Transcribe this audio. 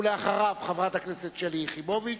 חברת הכנסת שלי יחימוביץ,